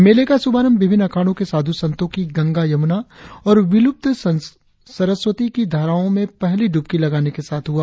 मेले का शुभारंभ विभिन्न अखाड़ों के साधु संतों की गंगा यमुना और विलुप्त सरस्वती की धाराओं में पहली ड़बकी लगाने के साथ हुआ